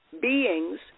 beings